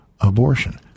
abortion